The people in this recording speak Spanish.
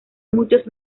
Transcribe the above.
muchos